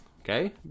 okay